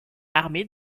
armée